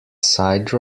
side